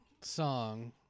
song